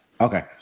okay